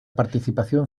participación